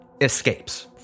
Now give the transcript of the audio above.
escapes